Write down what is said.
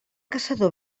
caçador